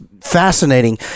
fascinating